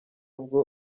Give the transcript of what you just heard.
bwo